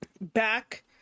back